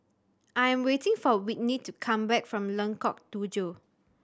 I am waiting for Whitney to come back from Lengkok Tujoh